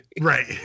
Right